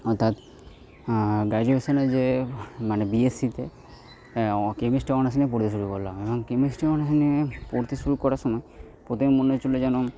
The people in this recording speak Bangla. অর্থাৎ গ্যাজুয়েশনে যে মানে বিএসসিতে কেমিস্ট্রি অনার্স নিয়ে পড়তে শুরু করলাম এবং কেমিস্ট্রি অনার্স নিয়ে পড়তে শুরু করার সময় প্রথমে মনে হচ্ছিল যেন